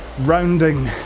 rounding